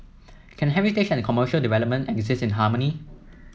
can heritage and commercial development exist in harmony